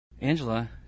Angela